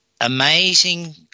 Amazing